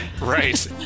Right